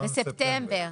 בספטמבר.